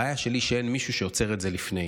הבעיה שלי היא שאין מישהו שעוצר את זה לפני.